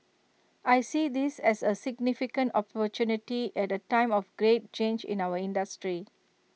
I see this as A significant opportunity at A time of great change in our industry